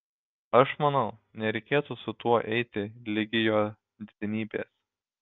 aš manau nereikėtų su tuo eiti ligi jo didenybės